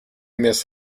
miss